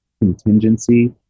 contingency